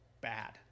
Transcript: bad